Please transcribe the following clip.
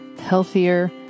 healthier